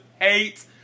hate